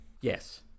Yes